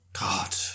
God